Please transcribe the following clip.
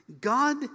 God